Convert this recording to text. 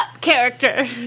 character